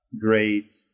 great